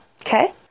Okay